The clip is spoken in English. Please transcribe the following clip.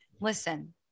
Listen